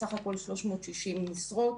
סך הכול 360 משרות.